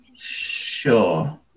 Sure